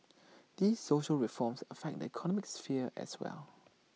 these social reforms affect the economic sphere as well